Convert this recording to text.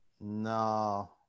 No